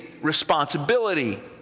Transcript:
responsibility